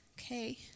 Okay